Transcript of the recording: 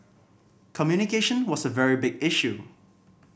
communication was a very big issue